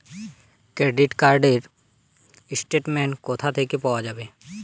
Credit card র statement কোথা থেকে পাওয়া যাবে?